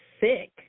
sick